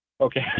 Okay